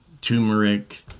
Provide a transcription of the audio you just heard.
turmeric